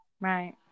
Right